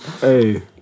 Hey